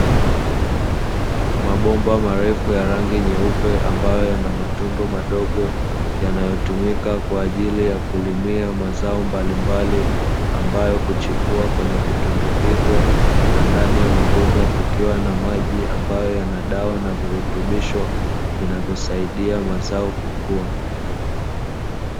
Mabomba marefu ya rangi nyeupe ambayo yana matundu madogo, yanayotumika kwa ajili ya kulimia mazao mbalimbali ambayo huchipua kwenye vitendo hivyo, na ndani ya mabomba kukiwa na maji ambayo yana dawa na virutubisho vinavyosaidia mazao kukua.